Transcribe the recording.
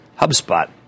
HubSpot